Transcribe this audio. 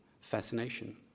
fascination